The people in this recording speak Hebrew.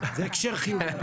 זה הקשר חיובי.